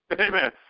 Amen